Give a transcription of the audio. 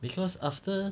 cause after